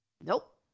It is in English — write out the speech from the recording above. Nope